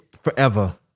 Forever